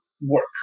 work